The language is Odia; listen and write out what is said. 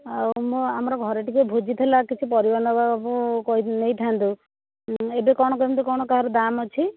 ଆଉ ମୁଁ ଆମର ଘରେ ଟିକିଏ ଭୋଜି ଥିଲା କିଛି ପରିବା ନେବାକୁ କହି ନେଇଥାନ୍ତି ହୁଁ ଏବେ କେମିତି କ'ଣ କାହାର ଦାମ୍ ଅଛି